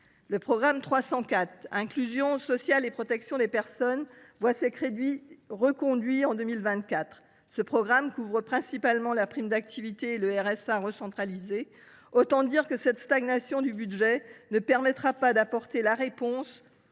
du programme 304 « Inclusion sociale et protection des personnes » sont ainsi reconduits en 2024. Ce programme couvre principalement la prime d’activité et le RSA recentralisé. Autant dire que cette stagnation du budget n’apportera pas de réponse